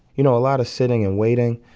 you know, a lot of sitting and waiting,